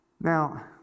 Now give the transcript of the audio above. Now